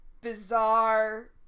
bizarre